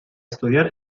estudiar